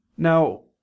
Now